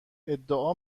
ادعا